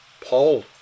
Paul